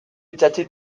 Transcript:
itsatsi